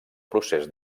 procés